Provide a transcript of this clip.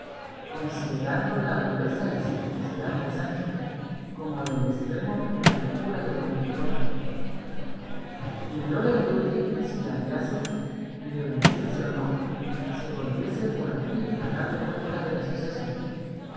considerando la agudeza y simplicidad de sancho como del estremo de la locura de don quijote pidióle el duque que si le hallase y le venciese o no se volviese por allí a darle cuenta del suceso